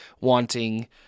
wanting